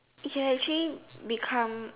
it actually become